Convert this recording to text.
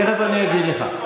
תכף אני אגיד לך.